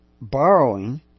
borrowing